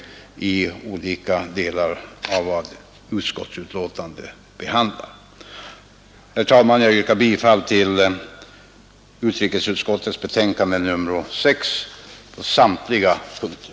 Med dessa rent allmänna kommentarer vill jag, herr talman, yrka bifall till utskottets hemställan i betänkandet nr 6 på samtliga punkter.